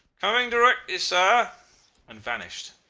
coming directly, sir and vanished.